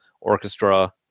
orchestra